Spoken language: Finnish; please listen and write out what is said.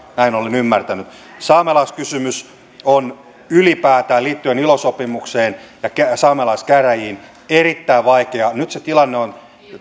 lakiin näin olen ymmärtänyt saamelaiskysymys on ylipäätään liittyen ilo sopimukseen ja saamelaiskäräjiin erittäin vaikea nyt se tilanne on